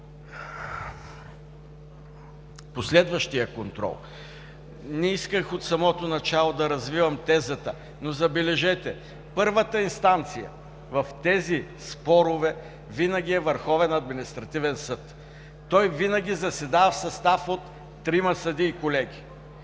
последващия контрол – не исках от самото начало да развивам тезата, но, забележете, първата инстанция в тези спорове винаги е Върховният административен съд. Той винаги заседава в състав от трима съдии, колеги.